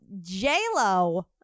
j-lo